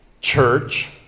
church